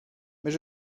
mais